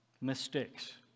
Mistakes